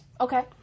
Okay